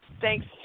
Thanks